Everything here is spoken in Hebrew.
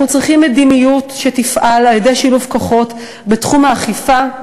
אנחנו צריכים מדיניות שתפעל על-ידי שילוב כוחות בתחום האכיפה,